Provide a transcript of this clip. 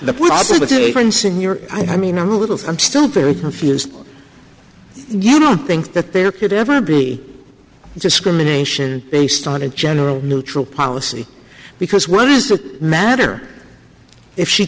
the i mean i'm a little i'm still very confused you don't think that there could ever be discrimination based on a general neutral policy because what is the matter if she